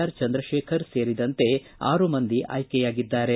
R Chandrashekhar ಸೇರಿದಂತೆ ಆರು ಮಂದಿ ಆಯ್ಕೆಯಾಗಿದ್ದಾರೆ